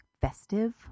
festive